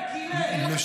קילל אותם על המעשה.